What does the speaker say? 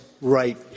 right